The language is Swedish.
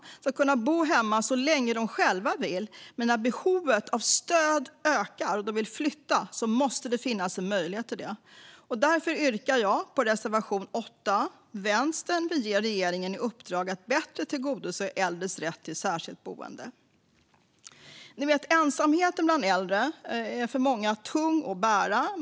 Äldre ska kunna bo hemma så länge de själva vill, men när behovet av stöd ökar och de vill flytta måste det finnas möjlighet till det. Jag yrkar därför bifall till reservation 8. Vänstern vill ge regeringen i uppdrag att bättre tillgodose äldres rätt till särskilt boende. Ensamheten bland äldre är för många tung att bära.